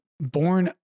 born